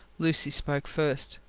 lucy spoke first.